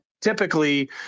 typically